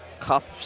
cuffs